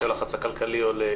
כאשר הלחץ הכלכלי עולה,